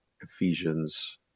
Ephesians